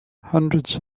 hundreds